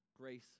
grace